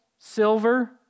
silver